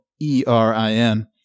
E-R-I-N